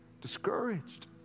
discouraged